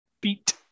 Beat